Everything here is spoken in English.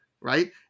Right